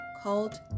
called